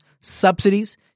subsidies